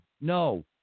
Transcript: No